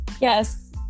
yes